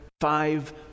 five